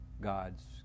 God's